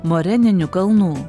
moreninių kalnų